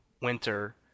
winter